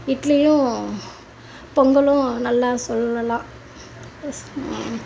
இட்லியும் பொங்கல் நல்லா சொல்லலாம்